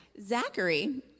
Zachary